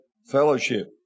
Fellowship